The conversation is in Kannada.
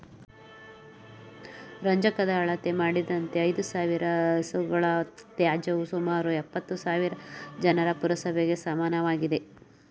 ರಂಜಕದ ಅಳತೆ ಮಾಡಿದಂತೆ ಐದುಸಾವಿರ ಹಸುಗಳ ತ್ಯಾಜ್ಯವು ಸುಮಾರು ಎಪ್ಪತ್ತುಸಾವಿರ ಜನರ ಪುರಸಭೆಗೆ ಸಮನಾಗಿದೆ